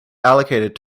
allocated